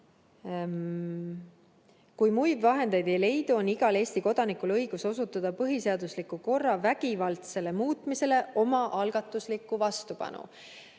"Kui muid vahendeid ei leidu, on igal Eesti kodanikul õigus osutada põhiseadusliku korra vägivaldsele muutmisele omaalgatuslikku vastupanu."